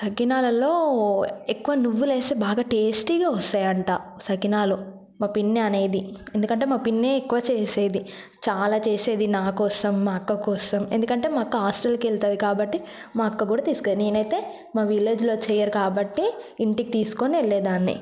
సకినాలలో ఎక్కువ నువ్వులు వేస్తే బాగా టేస్టీగా వస్తాయంట సకినాలు మా పిన్ని అనేది ఎందుకంటే మా పిన్ని ఎక్కువ చేసేది చాలా చేసేది నాకోసం మా అక్క కోసం ఎందుకంటే మా అక్క హాస్టల్కి వెళ్తుంది కాబట్టి మా అక్క కూడా తీసుకెళ్తుంది నేనైతే మా విలేజ్లో చేయరు కాబట్టి ఇంటికి తీసుకొని వెళ్ళేదాన్ని